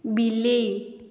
ବିଲେଇ